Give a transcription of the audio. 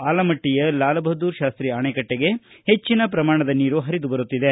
ಆಲಮಟ್ಟಯ ಲಾಲ್ ಬಹಾದ್ದೂರ್ ಶಾಸ್ತಿ ಆಣೆಕಟ್ಟಿಗೆ ಹೆಚ್ಚಿನ ಪ್ರಮಾಣದ ನೀರು ಹರಿದು ಬರುತ್ತಿದೆ